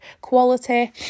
quality